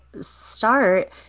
start